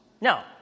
No